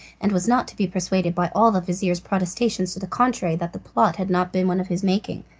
and was not to be persuaded by all the vizir's protestations to the contrary that the plot had not been one of his making.